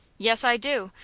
yes, i do.